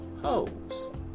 hoes